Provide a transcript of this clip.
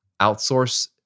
outsource